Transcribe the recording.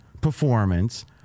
performance